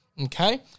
Okay